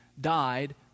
died